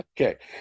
Okay